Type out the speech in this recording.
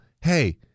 hey